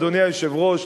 אדוני היושב-ראש,